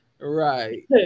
Right